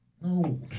No